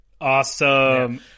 Awesome